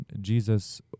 Jesus